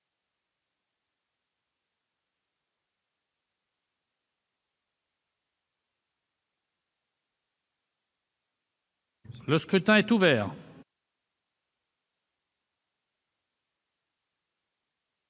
Le scrutin est ouvert.